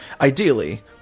Ideally